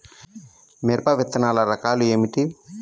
మిరప విత్తనాల రకాలు ఏమిటి?